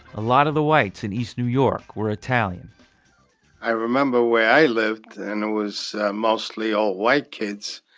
a lot of the whites in east new york were italian i remember where i lived, and it was mostly all white kids,